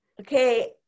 Okay